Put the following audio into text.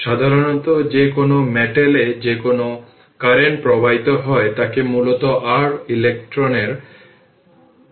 সাধারণত যে কোনো মেটেল এ যখনই কারেন্ট প্রবাহিত হয় তাকে মূলত r ইলেকট্রনের গতিশীলতাকে বলা হয়